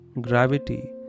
gravity